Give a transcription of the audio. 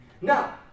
Now